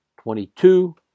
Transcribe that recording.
twenty-two